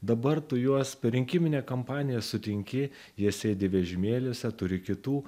dabar tu juos per rinkiminę kampaniją sutinki jie sėdi vežimėliuose turi kitų